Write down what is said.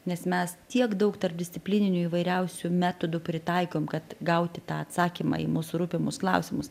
nes mes tiek daug tarpdisciplininių įvairiausių metodų pritaikom kad gauti tą atsakymą į mūsų rūpimus klausimus